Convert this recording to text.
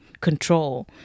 control